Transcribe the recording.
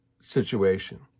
situation